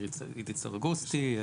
עדית סרגוסטי,